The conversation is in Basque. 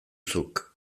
zuk